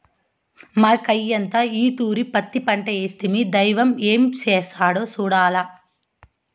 మాకయ్యంతా ఈ తూరి పత్తి పంటేస్తిమి, దైవం ఏం చేస్తాడో సూడాల్ల